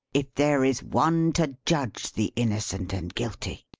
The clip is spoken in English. if there is one to judge the innocent and guilty!